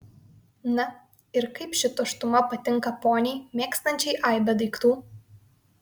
na ir kaip ši tuštuma patinka poniai mėgstančiai aibę daiktų